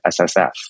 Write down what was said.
SSF